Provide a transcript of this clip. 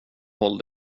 håll